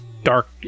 dark